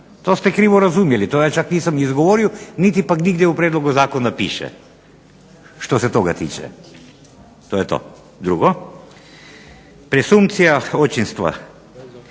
To ste krivo razumjeli. To ja čak nisam izgovorio niti pak nigdje u prijedlogu zakona piše što se toga tiče. To je to. Drugo, presumpcija očinstva,